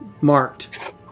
marked